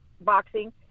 boxing